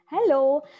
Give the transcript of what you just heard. Hello